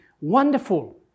wonderful